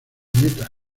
nieta